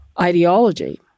ideology